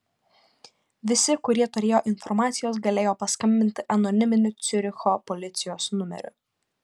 visi kurie turėjo informacijos galėjo paskambinti anoniminiu ciuricho policijos numeriu